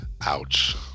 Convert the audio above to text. Ouch